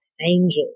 angel